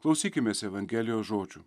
klausykimės evangelijos žodžių